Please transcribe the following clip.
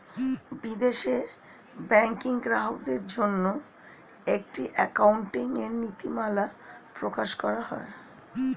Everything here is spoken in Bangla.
বিদেশে ব্যাংকিং গ্রাহকদের জন্য একটি অ্যাকাউন্টিং এর নীতিমালা প্রকাশ করা হয়